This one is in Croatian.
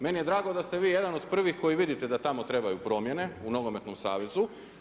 Meni je drago da ste vi jedan od prvih koji vidite da tamo trebaju promijene u nogometnom savezu.